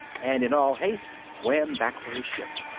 and in all haste swam back to his ship.